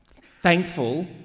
thankful